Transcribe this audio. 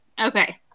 Okay